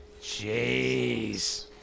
Jeez